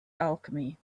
alchemy